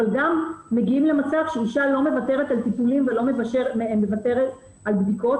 אבל גם מגיעים למצב שאישה לא מוותרת על טיפולים ולא מוותרת על בדיקות.